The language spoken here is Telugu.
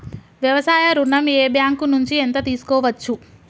వ్యవసాయ ఋణం ఏ బ్యాంక్ నుంచి ఎంత తీసుకోవచ్చు?